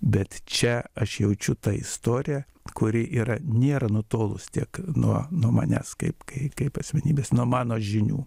bet čia aš jaučiu tą istoriją kuri yra nėra nutolus tiek nuo nuo manęs kaip kai kaip asmenybės nuo mano žinių